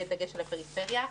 בדגש על הפריפריה.